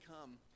come